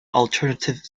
alternative